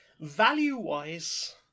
value-wise